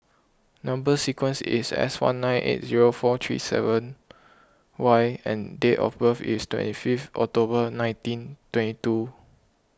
Number Sequence is S one nine eight zero four three seven Y and date of birth is twenty fifth October nineteen twenty two